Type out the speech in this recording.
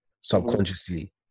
subconsciously